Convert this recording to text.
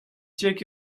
check